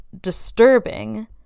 disturbing